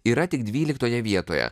yra tik dvyliktoje vietoje